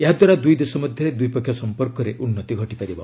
ଏହାଦ୍ୱାରା ଦୁଇ ଦେଶ ମଧ୍ୟରେ ଦ୍ୱିପକ୍ଷିୟ ସମ୍ପର୍କରେ ଉନ୍ନତି ଘଟିପାରିବ